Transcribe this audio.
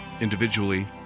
individually